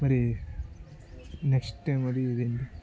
మరి next time అది